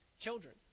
children